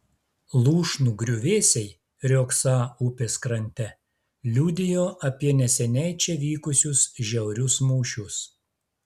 lūšnų griuvėsiai riogsą upės krante liudijo apie neseniai čia vykusius žiaurius mūšius